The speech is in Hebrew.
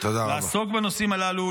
לעסוק בנושאים הללו,